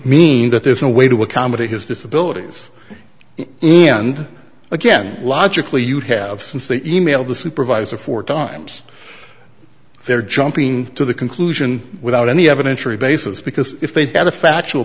mean that there's no way to accommodate his disability and again logically you'd have since the e mail the supervisor four times they're jumping to the conclusion without any evidentiary basis because if they had a factual